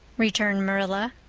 returned marilla.